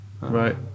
Right